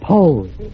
pose